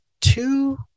two